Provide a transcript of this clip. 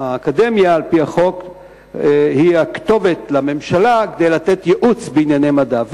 על-פי החוק האקדמיה היא הכתובת לממשלה לייעוץ בענייני מדע.